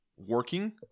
working